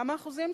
כמה אחוזים?